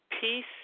peace